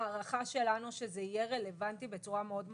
ההערכה שלנו שזה יהיה רלוונטי בצורה מאוד משמעותית,